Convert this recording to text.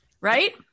right